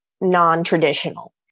non-traditional